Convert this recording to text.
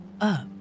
up